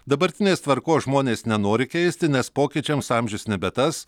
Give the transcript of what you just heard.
dabartinės tvarkos žmonės nenori keisti nes pokyčiams amžius nebe tas